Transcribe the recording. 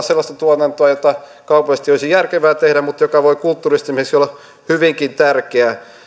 sellaista tuotantoa jota kaupallisesti ei olisi järkevää tehdä mutta joka voi kulttuurisesti esimerkiksi olla hyvinkin tärkeää